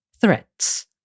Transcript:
threats